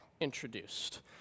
introduced